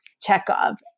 Chekhov